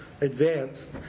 advanced